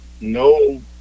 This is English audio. No